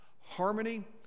harmony